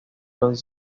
los